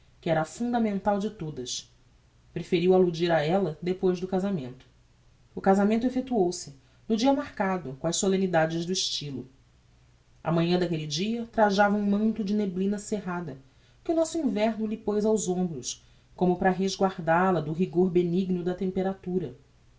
que era a fundamental de todas preferiu alludir a ella depois do casamento o casamento effectuou se no dia marcado com as solemnidades do estylo a manhã daquelle dia trajava um manto de neblina cerrada que o nosso inverno lhe poz aos hombros como para resguardal a do rigor benigno da temperatura